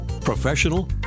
Professional